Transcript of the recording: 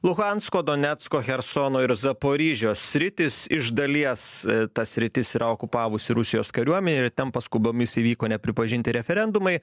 luhansko donecko chersono ir zaporižios sritys iš dalies tas sritis yra okupavusi rusijos kariuomenė ir ten paskubomis įvyko nepripažinti referendumai